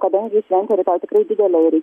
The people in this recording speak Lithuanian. kadangi šventė rytoj tikrai didelė iri